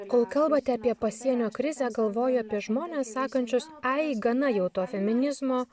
kol kalbate apie pasienio krizę galvoju apie žmones sakančius ai gana jau to feminizmo